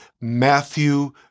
Matthew